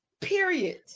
period